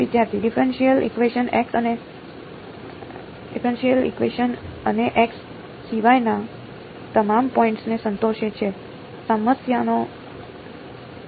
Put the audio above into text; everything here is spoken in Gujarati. વિદ્યાર્થી ડિફરેનશીયલ ઇકવેશન અને x સિવાયના તમામ પોઇન્ટ્સને સંતોષે છે